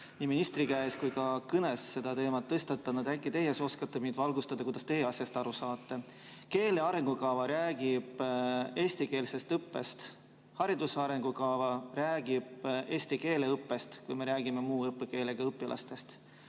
ministri käest, ja olen ka oma kõnes seda teemat tõstatanud. Äkki teie oskate meid valgustada. Kuidas teie asjast aru saate? Keele arengukava räägib eestikeelsest õppest, hariduse arengukava räägib eesti keele õppest, kui me räägime muu õppekeelega õpilastest.